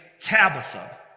Tabitha